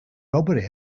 robbery